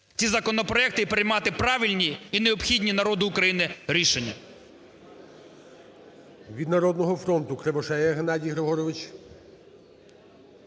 ці законопроекти і приймати правильні і необхідні народу України рішення.